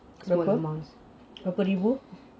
berapa berapa ribu